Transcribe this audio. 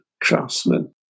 craftsmen